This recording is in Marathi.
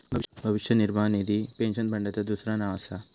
भविष्य निर्वाह निधी पेन्शन फंडाचा दुसरा नाव असा